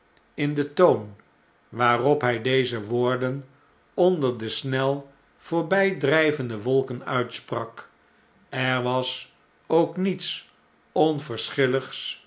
in den toon waarop hjj deze woorden onder de snel voorbprjjvende wolken uitsprak er was ook niets